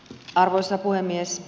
arvoisa puhemies